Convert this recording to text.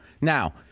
Now